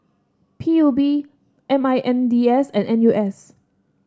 P U B M I N D S and N U S